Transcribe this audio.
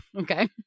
okay